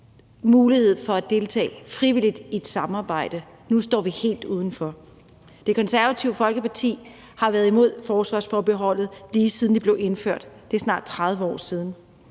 mulighed for at deltage frivilligt i et samarbejde. Nu står vi helt udenfor. Det Konservative Folkeparti har været imod forsvarsforbeholdet, lige siden det blev indført, det er snart 30 år siden,